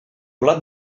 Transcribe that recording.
blat